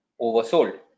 oversold